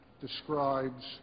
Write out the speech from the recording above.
describes